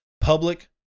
public